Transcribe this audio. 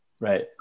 Right